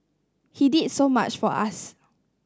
he did so much for us